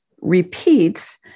repeats